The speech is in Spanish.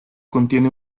contiene